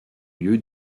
lieu